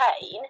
pain